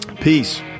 Peace